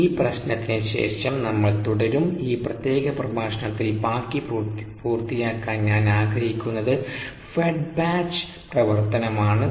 ഈ പ്രശ്നത്തിന് ശേഷം നമ്മൾ തുടരും ഈ പ്രത്യേക പ്രഭാഷണത്തിൽ ബാക്കി പൂർത്തിയാക്കാൻ ഞാൻ ആഗ്രഹിക്കുന്നതു ഫെഡ് ബാച്ച് പ്രവർത്തനം ആണ്